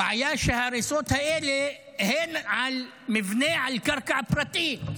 הבעיה שההריסות האלה הן על מבנה על קרקע פרטית,